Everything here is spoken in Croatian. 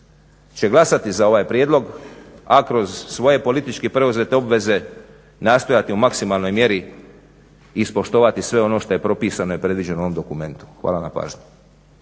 će glasati za ovaj prijedlog, a kroz svoje politički preuzete obveze nastojati u maksimalnoj mjeri ispoštovati sve ono što je propisano i predviđeno u ovom dokumentu. Hvala na pažnji.